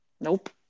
Nope